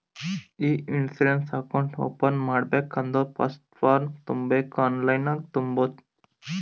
E insurance account open ಮಾಡ್ಬೇಕ ಅಂದುರ್ first form ತುಂಬಬೇಕ್ ಆನ್ಲೈನನ್ನು ತುಂಬೋದು